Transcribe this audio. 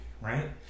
right